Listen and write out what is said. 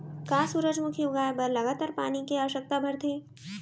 का सूरजमुखी उगाए बर लगातार पानी के आवश्यकता भरथे?